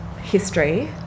history